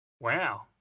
Wow